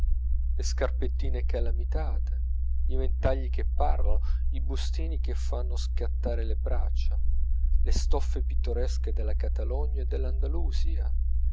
le scarpettine calamitate i ventagli che parlano i bustini che fanno scattare le braccia le stoffe pittoresche della catalogna e dell'andalusia